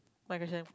my question